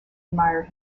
admired